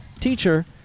teacher